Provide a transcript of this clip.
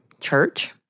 church